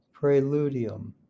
Preludium